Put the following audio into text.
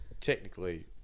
technically